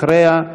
אחריה,